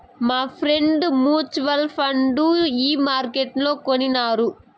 మాఫ్రెండ్ mutual fund ఈ మార్కెట్లనే కొనినారు